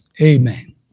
Amen